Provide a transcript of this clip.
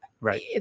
right